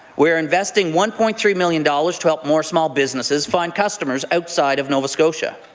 we are investing one point three million dollars to help more small businesses find customers outside of nova scotia.